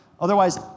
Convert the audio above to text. Otherwise